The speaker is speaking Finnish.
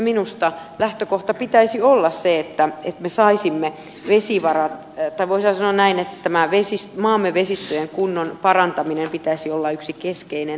minusta lähtökohdan pitäisi olla se että me saisimme vesivaaraa että voisin sanoa näin että mä viisi maamme vesistöjen kunnon parantamisen pitäisi olla yksi keskeinen tavoite